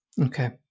Okay